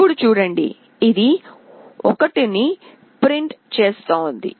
ఇప్పుడు చూడండి ఇది 1 ను ప్రింట్ చేస్తోంది